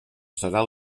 serà